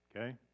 Okay